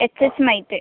H H mite